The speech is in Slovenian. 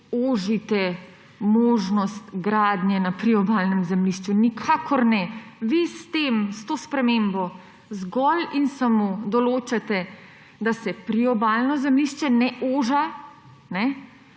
ožite možnost gradnje na priobalnem zemljišču. Nikakor ne. Vi s to spremembo zgolj in samo določate, da se priobalno zemljišče ne oži